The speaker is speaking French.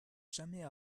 jamais